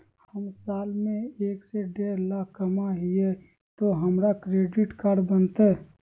हम साल में एक से देढ लाख कमा हिये तो हमरा क्रेडिट कार्ड बनते?